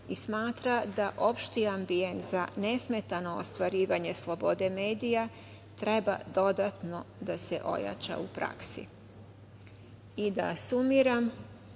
i smatra da opšti ambijent za nesmetano ostvarivanje slobode medija treba dodatno da se ojača u praksi. Da sumiram,